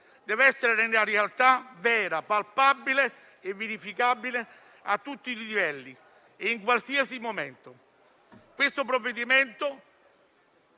deve essere nella realtà vera, palpabile e verificabile a tutti i livelli e in qualsiasi momento. Questo provvedimento